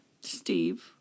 Steve